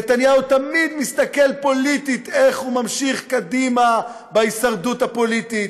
נתניהו תמיד מסתכל פוליטית איך הוא ממשיך קדימה בהישרדות הפוליטית,